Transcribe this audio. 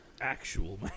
actual